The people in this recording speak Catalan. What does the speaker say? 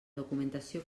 documentació